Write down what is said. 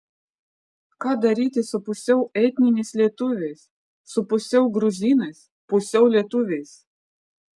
ką daryti su pusiau etniniais lietuviais su pusiau gruzinais pusiau lietuviais